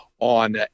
On